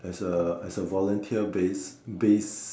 as a as a volunteer base base